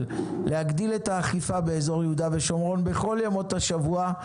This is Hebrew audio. להגדיל את האכיפה באזור יהודה ושומרון בכל ימות השבוע,